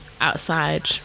outside